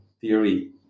theory